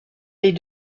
les